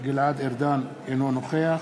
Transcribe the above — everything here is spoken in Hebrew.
גלעד ארדן, אינו נוכח